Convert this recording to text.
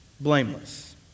blameless